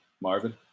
Marvin